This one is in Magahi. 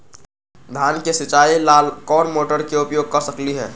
धान के सिचाई ला कोंन मोटर के उपयोग कर सकली ह?